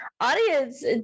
Audience